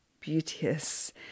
beauteous